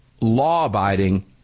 law-abiding